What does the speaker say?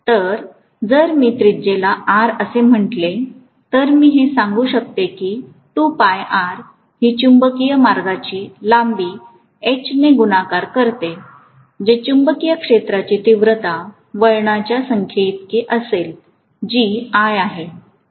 तर जर मी त्रिज्याला R आहे असे म्हटले तर मी हे सांगू शकतो की 2πR ही चुंबकीय मार्गाची लांबी H ने गुणाकार करते जे चुंबकीय क्षेत्राची तीव्रता वळणाच्या संख्येइतकी असेल जी I आहे